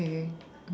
okay